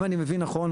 אם אני מבין נכון,